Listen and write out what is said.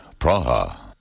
Praha